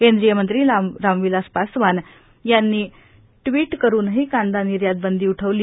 केंद्रीय मंत्री रामविलास पासवान यांनी टविट करूनही कांदा निर्यात बंदी उठवली